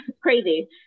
Crazy